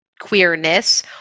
queerness